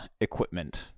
equipment